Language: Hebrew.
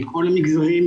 מכל המגזרים,